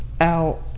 out